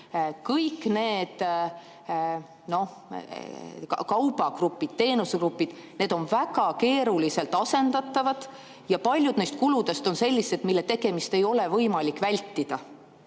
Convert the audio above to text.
Kõik need kaubagrupid ja teenusegrupid on väga keeruliselt asendatavad. Ja paljud neist kuludest on sellised, mille tegemist ei ole võimalik vältida.